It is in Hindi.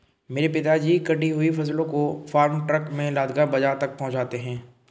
मेरे पिताजी कटी हुई फसलों को फार्म ट्रक में लादकर बाजार तक पहुंचाते हैं